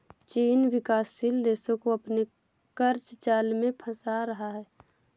चीन विकासशील देशो को अपने क़र्ज़ जाल में फंसा रहा है